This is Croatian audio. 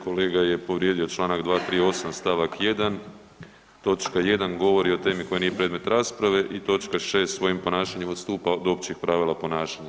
Kolega je povrijedio čl. 238. st. 1. točka 1. govori o temi koja nije predmet rasprave i točka 6. svojim ponašanjem odstupa od općih pravila ponašanja.